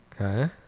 Okay